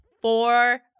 four